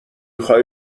خوای